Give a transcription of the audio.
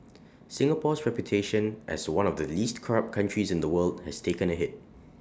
Singapore's reputation as one of the least corrupt countries in the world has taken A hit